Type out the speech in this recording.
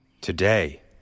Today